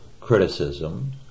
criticism